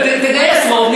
תגייס רוב.